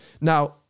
now